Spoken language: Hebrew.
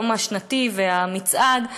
היום השנתי והמצעד,